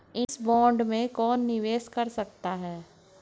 इस बॉन्ड में कौन निवेश कर सकता है?